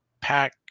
pack